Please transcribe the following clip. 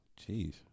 Jeez